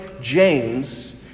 James